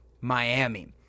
Miami